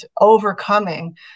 overcoming